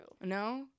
No